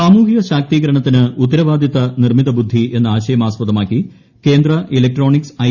സാമൂഹൃ ശാക്തീകരണത്തിന് ഉത്തരവാദിത്ത നിർമിത ബുദ്ധി എന്ന ആശയം ആസ്പദമാക്കി കേന്ദ്ര ഇലക്ട്രോണിക്സ് ഐ